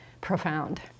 profound